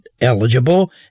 eligible